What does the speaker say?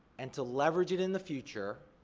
and to leverage it in the future,